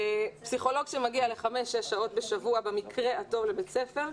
פסיכולוג שמגיע לחמש-שש שעות בשבוע במקרה הטוב לבית ספר,